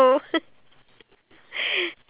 oh gosh